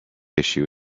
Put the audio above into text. issue